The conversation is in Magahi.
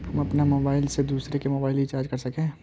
हम अपन मोबाईल से दूसरा के मोबाईल रिचार्ज कर सके हिये?